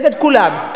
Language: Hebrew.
נגד כולם,